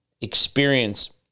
experience